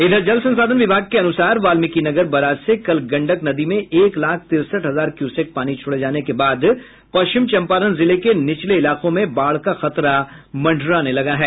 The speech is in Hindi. इधर जल संसाधन विभाग के अनुसार वाल्मीकिनगर बराज से कल गंडक नदी में एक लाख तिरसठ हजार क्यूसेक पानी छोड़े जाने के बाद पश्चिम चम्पारण जिले के निचले इलाकों में बाढ़ का खतरा मंडराने लगा है